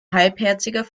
halbherziger